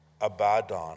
Abaddon